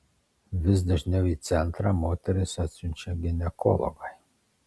vis dažniau į centrą moteris atsiunčia ginekologai